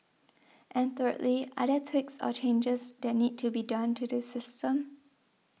and thirdly are there tweaks or changes that need to be done to the system